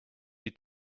your